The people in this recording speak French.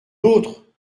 d’autres